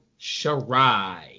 Shirai